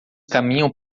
caminham